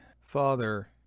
father